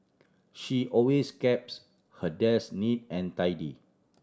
she always keeps her desk neat and tidy